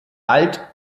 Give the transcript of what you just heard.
alt